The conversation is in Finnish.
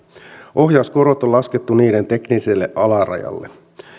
ohjauskorot on laskettu niiden tekniselle alarajalle